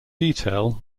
detail